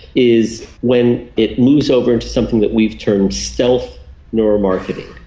is when it moves over into something that we've termed stealth neuromarketing.